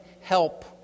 help